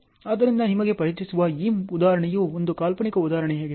ಆದ್ದರಿಂದ ನಿಮಗೆ ಪರಿಚಯವಿರುವ ಈ ಉದಾಹರಣೆಯು ಒಂದು ಕಾಲ್ಪನಿಕ ಉದಾಹರಣೆಯಾಗಿದೆ